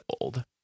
old